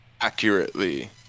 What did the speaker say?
accurately